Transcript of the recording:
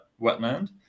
wetland